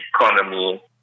economy